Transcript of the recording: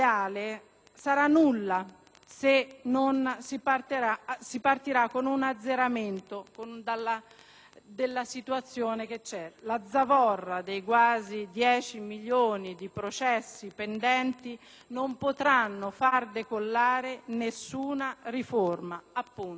si partirà con un azzeramento della situazione esistente. La zavorra dei quasi 10 milioni di processi pendenti non potrà far decollare alcuna riforma, neppure la migliore.